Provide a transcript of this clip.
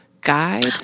guide